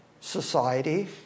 society